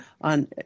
on –